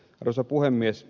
arvoisa puhemies